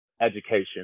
education